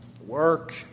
Work